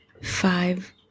five